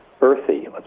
earthy